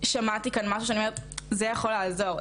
ששמעתי כאן משהו שאני אומרת זה יכול לעזור.